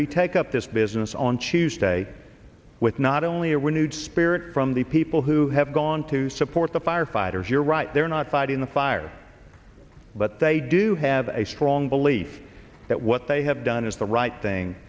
retake up this business on tuesday with not only a renewed spirit from the people who have gone to support the firefighters here right there not fighting the fire but they do have a strong belief that what they have done is the right thing